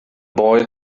boy